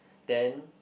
then